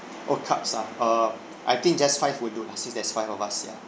oh cups ah uh I think just five would do lah since there's five of us ya